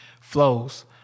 flows